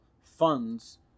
funds